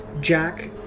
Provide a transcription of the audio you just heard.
Jack